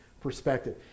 perspective